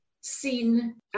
seen